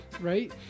right